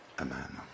Amen